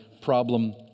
problem